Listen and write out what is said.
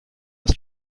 was